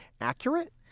accurate